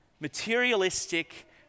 materialistic